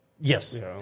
Yes